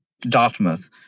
Dartmouth